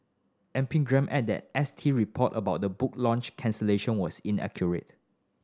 Epigram added that S T report about the book launch cancellation was inaccurate